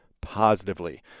positively